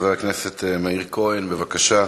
חבר הכנסת מאיר כהן, בבקשה.